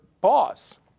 boss